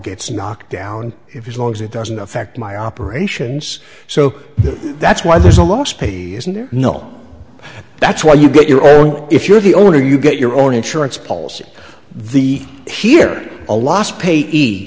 gets knocked down if as long as it doesn't affect my operations so that's why there's a lot space in there no that's why you get your own if you're the owner you get your own insurance policy the here a lot pay